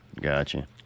Gotcha